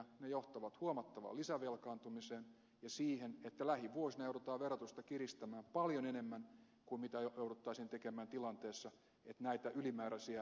ne johtavat huomattavaan lisävelkaantumiseen ja siihen että lähivuosina joudutaan verotusta kiristämään paljon enemmän kuin mitä jouduttaisiin tekemään siinä tilanteessa että näitä ylimääräisiä veroleikkauksia ei olisi tehty